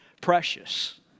precious